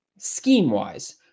Scheme-wise